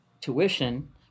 tuition